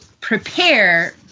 prepare